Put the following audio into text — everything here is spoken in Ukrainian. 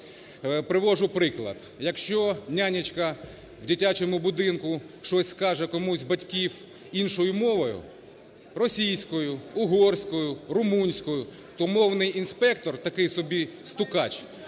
Приводжу приклад. Якщо няня в дитячому будинку щось скаже комусь з батьків іншою мовою – російською, угорською, румунською – то мовний інспектор, такий собі "стукач",